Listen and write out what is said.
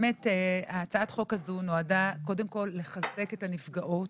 ההצעה הזו נועדה קודם לחזק את הנפגעות